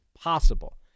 possible